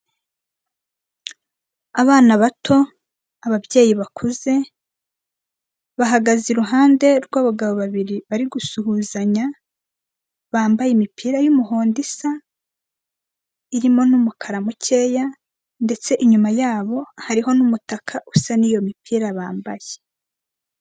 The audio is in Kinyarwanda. Abana bato, ababyeyi bakuze, bahagaze iruhande rw'abagabo babiri bari gusuhuzanya bambaye imipira y'umuhondo isa, irimo n'umukara mukeya, ndetse inyuma yabo hariho n'umutaka usa n'iyo mipira bambaye.